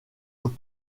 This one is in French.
aux